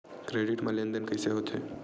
Credit मा लेन देन कइसे होथे?